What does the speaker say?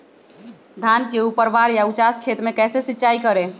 धान के ऊपरवार या उचास खेत मे कैसे सिंचाई करें?